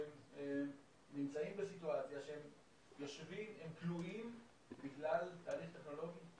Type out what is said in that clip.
הם נמצאים בסיטואציה שהם כלואים בגלל תהליך טכנולוגי.